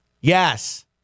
Yes